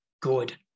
good